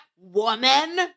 woman